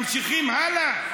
ממשיכים הלאה?